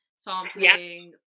sampling